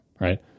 right